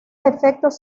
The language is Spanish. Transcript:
efectos